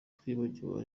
twibagiwe